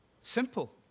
Simple